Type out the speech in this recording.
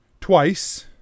Twice